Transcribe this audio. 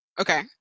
okay